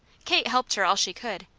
kate helped her all she could,